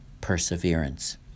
perseverance